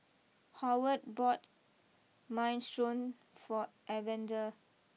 Howard bought Minestrone for Evander